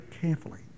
carefully